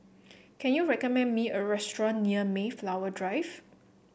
can you recommend me a restaurant near Mayflower Drive